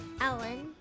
Ellen